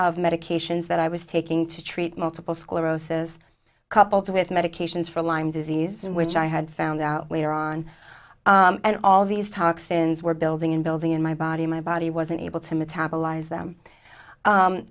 of medications that i was taking to treat multiple sclerosis coupled with medications for lyme disease in which i had found out later on and all these toxins were building and building in my body my body wasn't able to metabolize them